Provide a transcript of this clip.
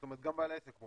זאת אומרת גם בעל העסק הוא